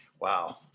Wow